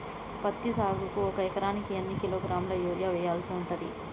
పత్తి సాగుకు ఒక ఎకరానికి ఎన్ని కిలోగ్రాముల యూరియా వెయ్యాల్సి ఉంటది?